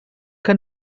que